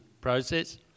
process